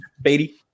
Beatty